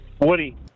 Woody